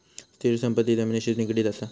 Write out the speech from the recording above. स्थिर संपत्ती जमिनिशी निगडीत असा